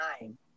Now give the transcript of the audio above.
time